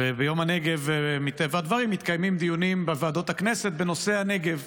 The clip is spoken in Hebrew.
וביום הנגב מטבע הדברים מתקיימים דיונים בוועדות הכנסת בנושא הנגב.